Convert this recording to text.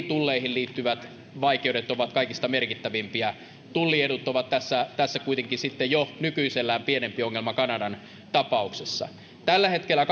tulleihin liittyvät vaikeudet ovat kaikista merkittävimpiä tulliedut ovat tässä tässä kuitenkin sitten jo nykyisellään pienempi ongelma kanadan tapauksessa tällä hetkellä